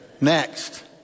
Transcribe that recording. Next